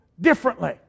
differently